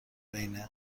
بین